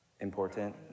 Important